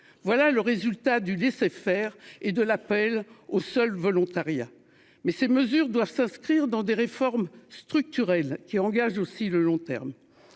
Voilà le résultat du laisser-faire et de l'appel au seul volontariat. Mais ces mesures doivent s'inscrire dans des réformes structurelles qui engage aussi le long terme.